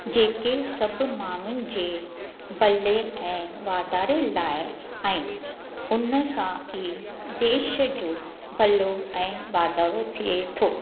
जेके सभु माण्हुनि जे भले ऐं वाधारे लाइ आहिनि उनसां ई देश जो भलो ऐं वाधारो थिए थो